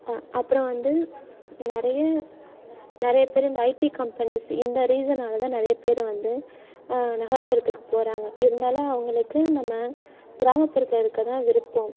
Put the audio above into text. அப்புறம் வந்து நிறைய நிறைய பேர் இந்த ஐடி கம்பெனிஸ் இந்த ரீசனால்தான் நிறைய பேர் வந்து நகர்புறத்துக்குப் போகிறாங்க இருந்தாலும் அவங்களுக்கு நம்ம கிராமப்புறத்தில் இருக்கதான் விருப்பம்